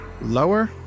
Lower